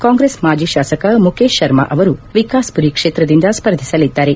ಕಾಂಗ್ರೆಸ್ ಮಾಜಿ ಶಾಸಕ ಮುಕೇತ್ ಶರ್ಮ ಅವರು ವಿಕಾಸ್ಮರಿ ಕ್ಷೇತ್ರದಿಂದ ಸ್ವರ್ಧಿಸಲಿದ್ದಾರೆ